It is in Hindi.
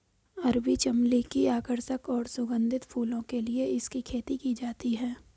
अरबी चमली की आकर्षक और सुगंधित फूलों के लिए इसकी खेती की जाती है